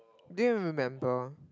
did you even remember